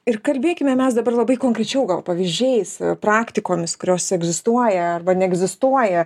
ir kalbėkime mes dabar labai konkrečiau pavyzdžiais praktikomis kurios egzistuoja arba neegzistuoja